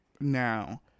now